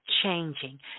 changing